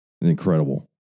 Incredible